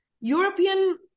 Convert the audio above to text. european